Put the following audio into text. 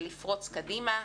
- "לפרוץ קדימה",